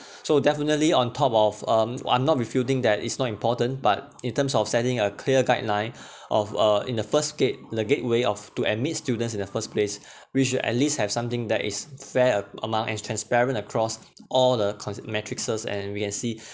so definitely on top of um I'm not refuting that it's not important but in terms of sending a clear guideline of uh in the first gate the gateway of to admit students in the first place we should at least have something that is fair amount and transparent across all the con~ matrices and we can see